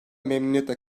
memnuniyetle